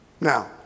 Now